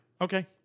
Okay